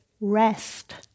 rest